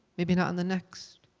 maybe not in the next.